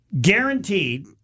guaranteed